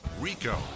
Rico